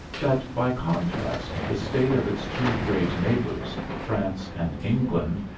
that by contrast the state of its two great neighbors, france and england,